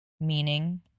meaning